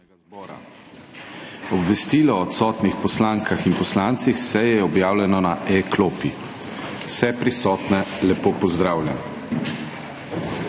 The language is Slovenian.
Obvestilo o odsotnih poslankah in poslancih s seje je objavljeno na e-klopi. Vse prisotne lepo pozdravljam!